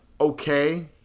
okay